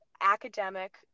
academic